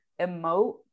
emote